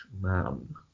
Man